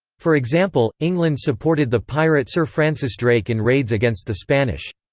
for example, england supported the pirate sir francis drake in raids against the spanish.